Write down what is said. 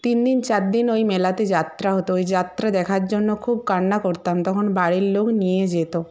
তিনদিন চারদিন ওই মেলাতে যাত্রা হতো ওই যাত্রা দেখার জন্য খুব কান্না করতাম তখন বাড়ির লোক নিয়ে যেত